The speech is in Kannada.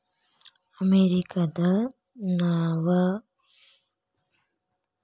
ಅಮೆರಿಕದ ನಲವತ್ಯೊಳ ಪರ್ಸೆಂಟ್ ಮಿಲೇನಿಯಲ್ಗಳ ಸ್ವಂತ ವ್ಯವಹಾರನ್ನ ನಂಬಕೊಂಡ ಅದಾರ